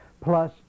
plus